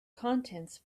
contents